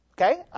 Okay